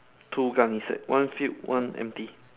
two gunnysack one filled one empty